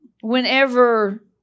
whenever